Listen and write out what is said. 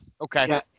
okay